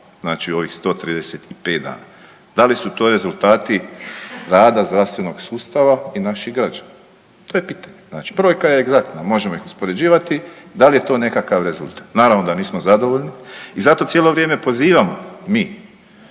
znači u ovih 135 dana. Da li su to rezultati rada zdravstvenog sustava i naših građana? To je pitanje. Brojka je egzaktna. Možemo ih uspoređivati. Da li je to nekakav rezultat? Naravno da nismo zadovoljni i zato cijelo vrijeme pozivamo mi